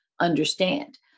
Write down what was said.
understand